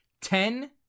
Ten